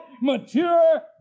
mature